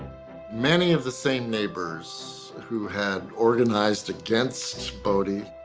many of the same neighbors who had organized against boddy,